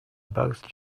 both